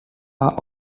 are